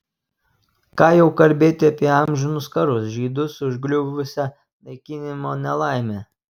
ką jau kalbėti apie amžinus karus žydus užgriuvusią naikinimo nelaimę